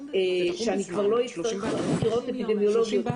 כשאני כבר לא אצטרך את החקירות האפידמיולוגיות,